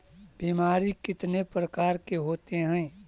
बीमारी कितने प्रकार के होते हैं?